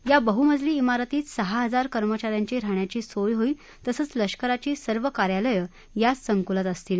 या बह्मजली इमारतीत सहा हजार कर्मचा यांची राहण्याची सोय होईल तसंच लष्कराची सर्व कार्यालयं याच संकुलात असतील